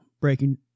breaking